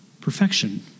perfection